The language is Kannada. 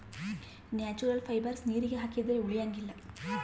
ನ್ಯಾಚುರಲ್ ಫೈಬರ್ಸ್ ನೀರಿಗೆ ಹಾಕಿದ್ರೆ ಉಳಿಯಂಗಿಲ್ಲ